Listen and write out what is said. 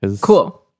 Cool